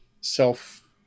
self